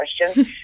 question